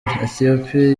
ethiopie